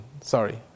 Sorry